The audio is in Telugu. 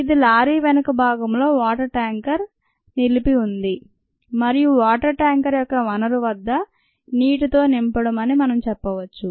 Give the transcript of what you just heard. ఇది లారీ వెనుక భాగంలో వాటర్ ట్యాంకర్ నిలిపుతుంది మరియు ఇది వాటర్ ట్యాంకర్ యొక్క వనరు వద్ద నీటితో నింపడం అని మనం చెప్పవచ్చు